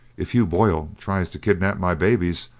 if hugh boyle tries to kidnap my babies,